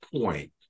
point